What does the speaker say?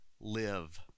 live